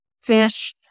fish